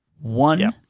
one